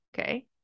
okay